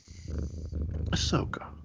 Ahsoka